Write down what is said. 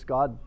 God